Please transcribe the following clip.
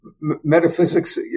metaphysics